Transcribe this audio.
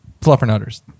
fluffernutters